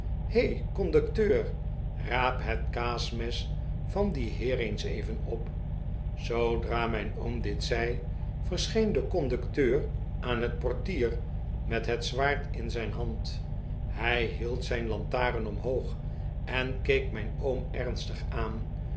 he conducteur raap het kaasmes van dien heer eens even op zoodra mijn oom dit zei verscheen de conducteur aan het portier met het zwaard in zijn hand hij hield zijn lantaren omhoog en keek mijn oom ernstig aan